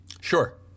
Sure